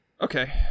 Okay